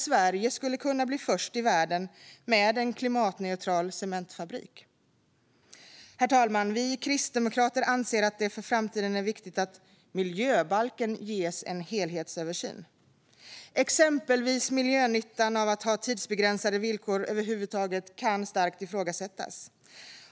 Sverige skulle då kunna bli först i världen med en klimatneutral cementfabrik. Herr talman! Vi kristdemokrater anser att det för framtiden är viktigt att miljöbalken ges en helhetsöversyn. Exempelvis kan miljönyttan med tidsbegränsade villkor över huvud taget starkt ifrågasättas.